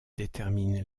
déterminent